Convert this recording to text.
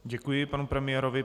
Děkuji panu premiérovi.